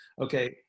okay